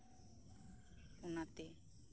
ᱚᱱᱟᱛᱮ